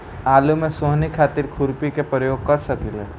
आलू में सोहनी खातिर खुरपी के प्रयोग कर सकीले?